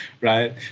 right